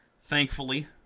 thankfully